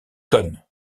conne